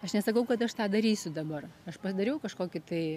aš nesakau kad aš tą darysiu dabar aš padariau kažkokį tai